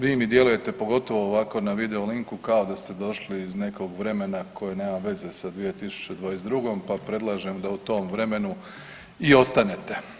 Vi mi djelujete pogotovo ovako na video linku kao da ste došli iz nekog vremena koje nema veze sa 2022. pa predlažem da u tom vremenu i ostanete.